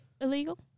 illegal